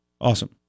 Awesome